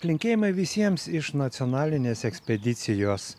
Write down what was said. linkėjimai visiems iš nacionalinės ekspedicijos